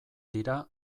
dira